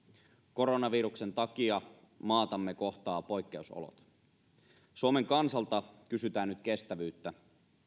koronaviruksen takia maatamme kohtaavat poikkeusolot suomen kansalta kysytään nyt kestävyyttä